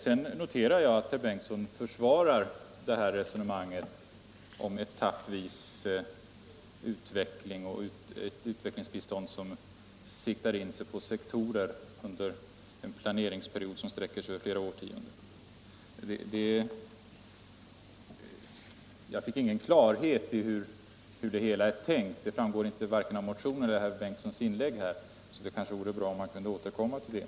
Sedan noterar jag att herr Bengtson försvarar resonemanget om etappvis utveckling och ett utvecklingsbistånd som siktar in sig på sektorer under en planeringsperiod som sträcker sig över flera årtionden. Jag fick ingen klarhet i hur det hela är tänkt — det framgår varken av motionen eller av herr Bengtsons inlägg — varför det vore bra om han kunde återkomma till det.